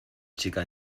chica